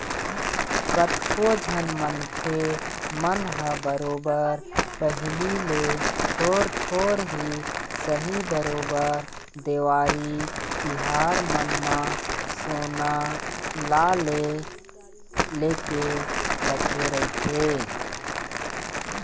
कतको झन मनखे मन ह बरोबर पहिली ले थोर थोर ही सही बरोबर देवारी तिहार मन म सोना ल ले लेके रखे रहिथे